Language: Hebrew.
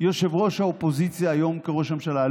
ראש האופוזיציה היום כראש ממשלה,